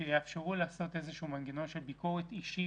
לעשות איזשהו מנגנון של ביקורת אישית